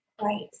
Right